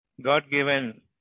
God-given